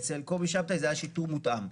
אצל קובי שבתאי זה היה שיטור מותאם.